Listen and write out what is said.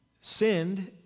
sinned